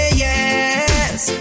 yes